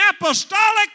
apostolic